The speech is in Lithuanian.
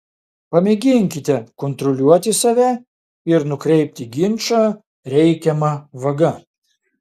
pamėginkite kontroliuoti save ir nukreipti ginčą reikiama vaga